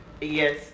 Yes